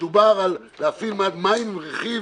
שמדובר על הפעלת מד מים עם רכיב